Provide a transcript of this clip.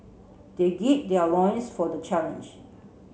they their loins for the challenge